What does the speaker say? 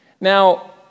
Now